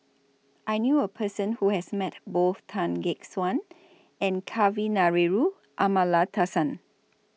I knew A Person Who has Met Both Tan Gek Suan and Kavignareru Amallathasan